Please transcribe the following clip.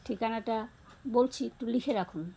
ঠিকানাটা বলছি একটু লিখে রাখুন